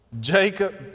Jacob